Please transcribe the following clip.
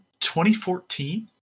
2014